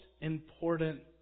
important